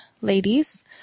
ladies